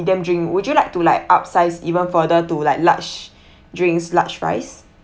medium drink would you like to like upsize even further to like large drinks large fries